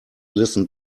listen